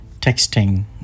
texting